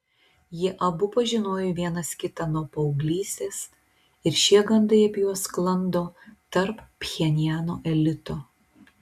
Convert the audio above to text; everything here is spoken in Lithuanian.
jie abu pažinojo vienas kitą nuo paauglystės ir šie gandai apie juos sklando tarp pchenjano elito